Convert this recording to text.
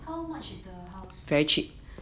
how much is their house